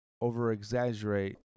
over-exaggerate